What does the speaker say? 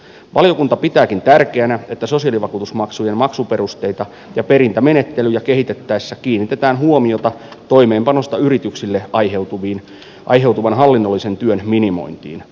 valiokunta pitääkin tärkeänä että sosiaalivakuutusmaksujen maksuperusteita ja perintämenettelyjä kehitettäessä kiinnitetään huomiota toimeenpanosta yrityksille aiheutuvan hallinnollisen työn minimointiin